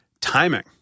Timing